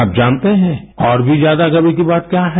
आप जानते हैं और भी ज्यादा गर्व की बात क्या है